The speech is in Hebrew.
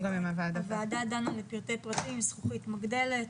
הוועדה דנה לפרטי פרטים עם זכוכית מגדלת.